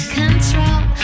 control